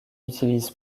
utilise